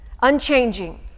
Unchanging